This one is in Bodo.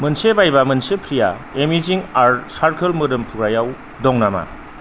मोनसे बायबा मोनसे फ्रि'आ एमेजिं आर्थ चारक'ल मोदोम फुग्रायाव दं नामा